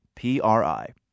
PRI